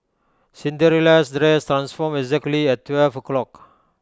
Cinderella's dress transformed exactly at twelve o' clock